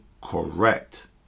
correct